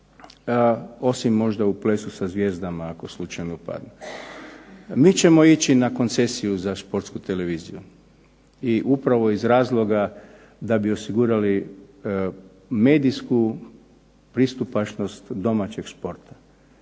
osim možda u Plesu za zvijezdama ako slučajno upadne. Mi ćemo ići na koncesiju za sportsku televiziju upravo iz razloga da bi osigurali medijsku pristupačnost domaćeg sporta.